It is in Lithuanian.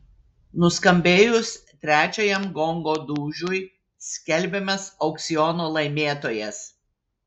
nuskambėjus trečiajam gongo dūžiui skelbiamas aukciono laimėtojas